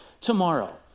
tomorrow